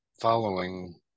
following